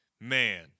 Man